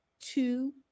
two